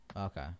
Okay